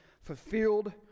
fulfilled